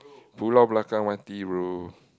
Pulau Belakang Mati bro